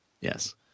Yes